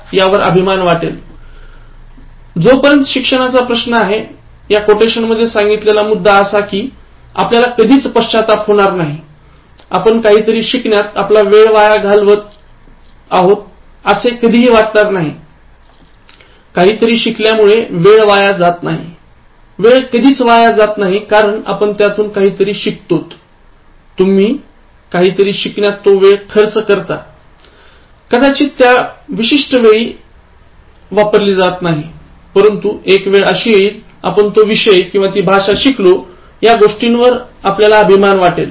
या कोटेशनमध्ये सांगितलेला मुद्दा असा आहे की आपल्याला कधीच पश्चाताप होणार नाही आपण काहीतरी शिकण्यात आपला वेळ वाया घालवलात असे कधीही वाटणार नाही काहीतरी शिकल्यामुळे वेळ वाया जात नाही वेळ कधीच वाया जात नाही कारण आपण त्यातून काहीतरी शिकतोत तुम्ही काहीतरी शिकण्यात तो वेळ खर्च करता कदाचित त्या विशिष्ट वेळी वापरली जात नाही परंतु एक वेळ अशी येईल आपण तो विषय किंवा ती भाषा शिकली यागोष्टांवर अभिमान वाटेल